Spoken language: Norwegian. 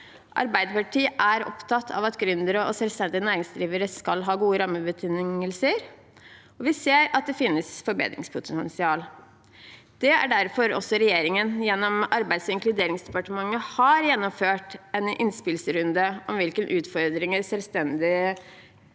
Arbeiderpartiet er opptatt av at gründere og selvstendig næringsdrivende skal ha gode rammebetingelser, og vi ser at det finnes forbedringspotensial. Det er også derfor regjeringen, gjennom Arbeids- og inkluderingsdepartementet, har gjennomført en innspillsrunde om hvilke utfordringer selvstendig